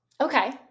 Okay